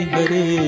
Hare